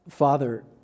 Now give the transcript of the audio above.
Father